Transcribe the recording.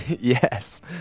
Yes